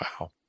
Wow